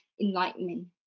enlightenment